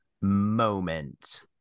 moment